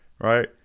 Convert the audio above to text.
right